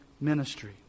ministry